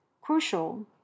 crucial